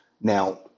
Now